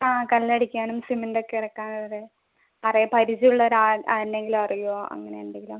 ആ കല്ല് അടിക്കാനും സിമൻറ്റ് ഒക്കെ അടക്കാനും അതെ പരിചയം ഉള്ള ഒരാൾ ആ ആരേലെങ്കിലും അറിയുമോ അങ്ങനെ എന്തെങ്കിലും